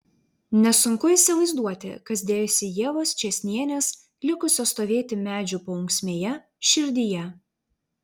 nesunku įsivaizduoti kas dėjosi ievos čėsnienės likusios stovėti medžių paunksmėje širdyje